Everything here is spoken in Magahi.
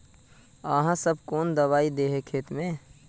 आहाँ सब कौन दबाइ दे है खेत में?